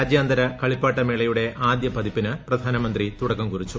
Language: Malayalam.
രാജ്യാന്തര കളിപ്പാട്ട മേളയുടെ ആദ്യ പതിപ്പിന് പ്രധാനമന്ത്രി തുടക്കം കുറിച്ചു